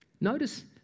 Notice